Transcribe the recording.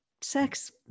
sex